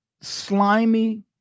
slimy